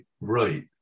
right